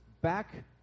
back